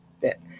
bit